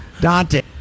Dante